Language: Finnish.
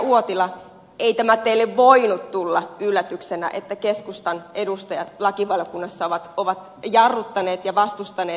uotila ei tämä teille voinut tulla yllätyksenä että keskustan edustajat lakivaliokunnassa ovat jarruttaneet ja vastustaneet